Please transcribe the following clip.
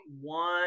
one